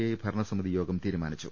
I ഭരണസമിതി യോഗം തീരുമാനിച്ചു